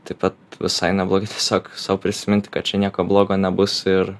taip pat visai neblogi tiesiog sau prisiminti kad čia nieko blogo nebus ir